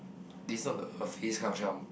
they saw the her face kind of